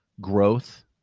growth